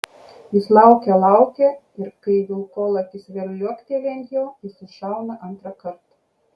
jis laukia laukia ir kai vilkolakis vėl liuokteli ant jo jis iššauna antrąkart